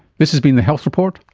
this has been the health report,